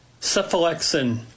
cephalexin